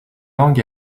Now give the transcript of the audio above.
lang